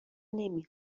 نمی